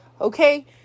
okay